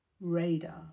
radar